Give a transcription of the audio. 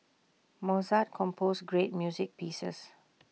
Mozart composed great music pieces